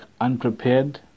unprepared